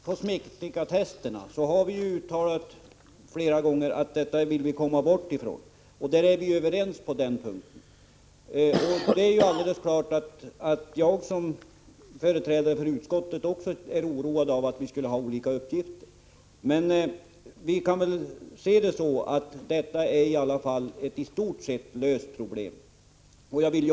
Herr talman! När det gäller kosmetikatesterna har vi flera gånger uttalat att vi vill få bort dem. På den punkten är vi överens. Det är alldeles klart att jag som företrädare för utskottet är oroad om vi skulle ha olika uppgifter att gå efter. Vi kan väl ändå säga att detta är ett i stort sett löst problem.